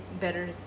better